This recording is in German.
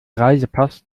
reisepass